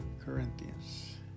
Corinthians